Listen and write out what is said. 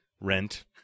Rent